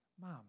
Mom